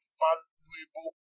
valuable